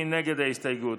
מי נגד ההסתייגות?